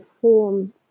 form